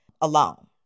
alone